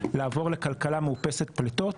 לעבור לכלכלה מאופסת פליטות,